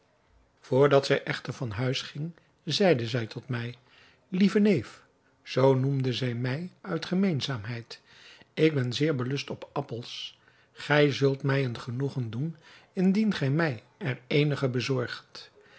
dat zij echter van huis ging zeide zij tot mij lieve neef zoo noemde zij mij uit gemeenzaamheid ik ben zeer belust op appels gij zult mij een genoegen doen indien gij mij er eenigen bezorgt